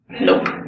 Nope